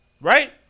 right